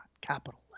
capital